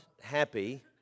happy